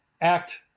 act